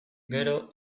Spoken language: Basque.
gero